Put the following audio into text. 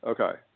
Okay